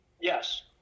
Yes